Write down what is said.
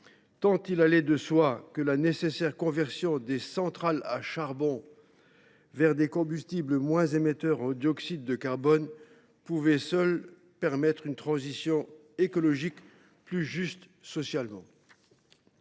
Il allait de soi que seule la conversion des centrales à charbon vers des combustibles moins émetteurs en dioxyde de carbone pouvait permettre une transition écologique socialement